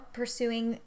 pursuing